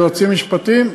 יועצים משפטיים,